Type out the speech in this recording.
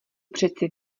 přeci